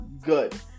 good